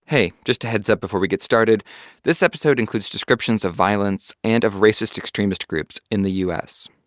hey. just a heads up before we get started this episode includes descriptions of violence and of racist extremist groups in the u s,